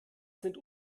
sind